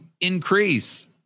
increase